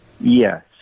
Yes